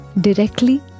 directly